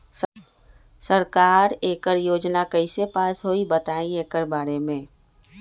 सरकार एकड़ योजना कईसे पास होई बताई एकर बारे मे?